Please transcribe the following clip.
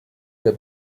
der